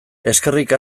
eskerrik